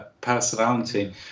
personality